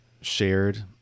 shared